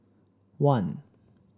one